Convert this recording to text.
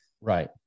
Right